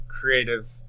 creative